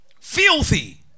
Filthy